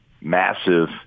massive